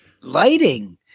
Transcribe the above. lighting